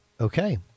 Okay